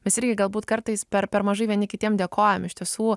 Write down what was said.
mes irgi galbūt kartais per per mažai vieni kitiem dėkojam iš tiesų